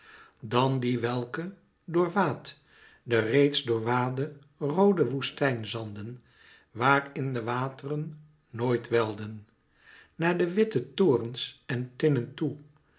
dan die welke door waadt de reeds doorwade roode woestijnzanden waar in de wateren noit welden naar de witte torens en tinnen toe